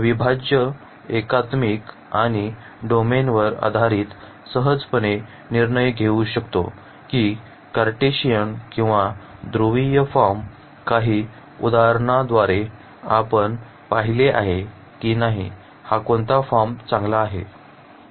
अविभाज्य एकात्मिक आणि डोमेन वर आधारित सहजपणे निर्णय घेऊ शकतो की कार्टेशियन किंवा ध्रुवीय फॉर्म काही उदाहरणाद्वारे आपण पाहिले आहे की नाही हा कोणता फॉर्म चांगला आहे